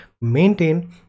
maintain